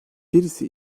birisi